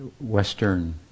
Western